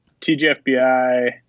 TGFBI